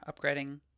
upgrading